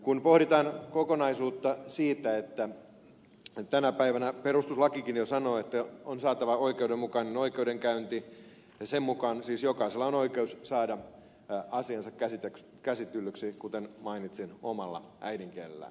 kun pohditaan kokonaisuutta tänä päivänä perustuslakikin jo sanoo että on saatava oikeudenmukainen oikeudenkäynti ja sen mukaan siis jokaisella on oikeus saada asiansa käsitellyksi kuten mainitsin omalla äidinkielellään